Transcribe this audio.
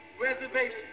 reservation